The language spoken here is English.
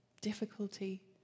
Difficulty